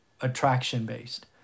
attraction-based